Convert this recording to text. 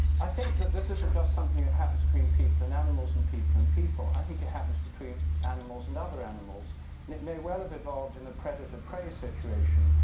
i think that this isn't just something that happens between people and animals, and people and people. i think it happens between animals and other animals and it may well have evolved in a predator-prey situation.